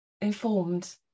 informed